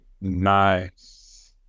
Nice